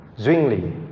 Zwingli